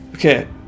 okay